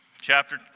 Chapter